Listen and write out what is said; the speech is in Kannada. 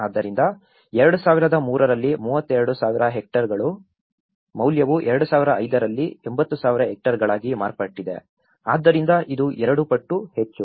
ಆದ್ದರಿಂದ 2003 ರಲ್ಲಿ 32000 ಹೆಕ್ಟೇರ್ಗಳ ಮೌಲ್ಯವು 2005 ರಲ್ಲಿ 80000 ಹೆಕ್ಟೇರ್ಗಳಾಗಿ ಮಾರ್ಪಟ್ಟಿದೆ ಆದ್ದರಿಂದ ಇದು ಎರಡು ಪಟ್ಟು ಹೆಚ್ಚು